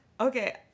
Okay